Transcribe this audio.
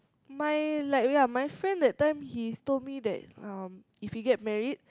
my like ya my friend that time he told me that um if we get married